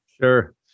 Sure